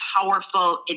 powerful